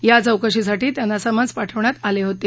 या चौकशीसाठी त्यांना समन्स पाठवण्यात आलं होतं